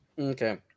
Okay